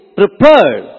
prepared